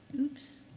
oops.